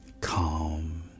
calm